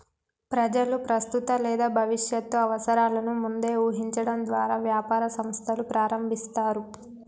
ప్రజలు ప్రస్తుత లేదా భవిష్యత్తు అవసరాలను ముందే ఊహించడం ద్వారా వ్యాపార సంస్థలు ప్రారంభిస్తారు